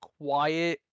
quiet